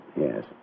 Yes